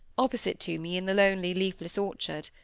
opposite to me in the lonely, leafless orchard.